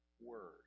Word